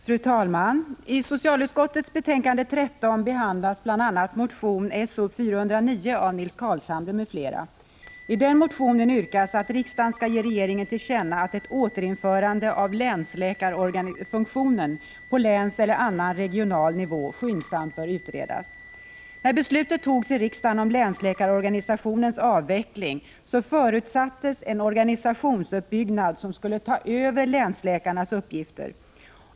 Fru talman! I socialutskottets betänkande 13 behandlas bl.a. motion S0409 av Nils Carlshamre m.fl. I den motionen yrkas att riksdagen skall ge regeringen till känna att ett återinförande av länsläkarfunktionen på länseller annan regional nivå skyndsamt skall utredas. När riksdagen fattade beslutet om länsläkarorganisationens avveckling förutsattes en organisationsuppbyggnad som skulle ta över länsläkarnas uppgifter.